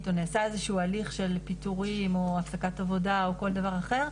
או נעשה איזה שהוא הליך של פיטורים או הפסקת עבודה או כל דבר אחר,